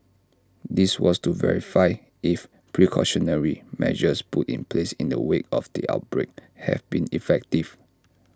this was to verify if precautionary measures put in place in the wake of the outbreak have been effective